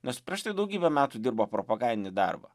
nes prieš tai daugybę metų dirbo propagandinį darbą